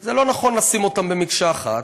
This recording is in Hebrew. זה לא נכון לשים אותם מקשה אחת,